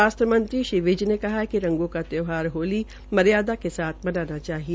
स्वास्थ्य मंत्री श्री अनिल विज ने कहा कि रंगों का त्यौहार होली मर्यादा के साथ मनाना चाहिए